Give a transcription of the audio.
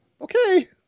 Okay